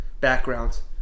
backgrounds